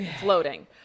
Floating